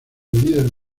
líder